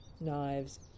knives